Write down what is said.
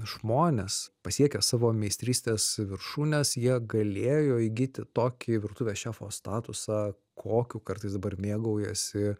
žmonės pasiekę savo meistrystės viršūnes jie galėjo įgyti tokį virtuvės šefo statusą kokiu kartais dabar mėgaujasi